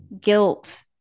guilt